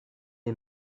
est